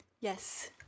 Yes